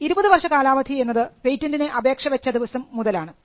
20 വർഷ കാലാവധി എന്നത് പേറ്റന്റിന് അപേക്ഷ വെച്ച ദിവസം മുതൽ ആണ്